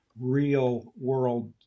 real-world